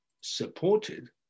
supported